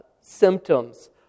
symptoms